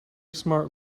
smart